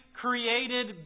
created